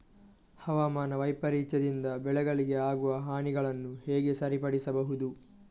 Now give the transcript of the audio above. ಹವಾಮಾನ ವೈಪರೀತ್ಯದಿಂದ ಬೆಳೆಗಳಿಗೆ ಆಗುವ ಹಾನಿಗಳನ್ನು ಹೇಗೆ ಸರಿಪಡಿಸಬಹುದು?